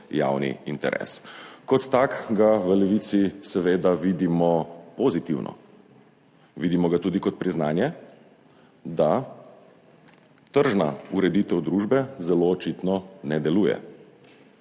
javni interes. Kot tak ga v Levici seveda vidimo pozitivno, vidimo ga tudi kot priznanje, da tržna ureditev družbe zelo očitno ne deluje.